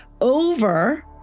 over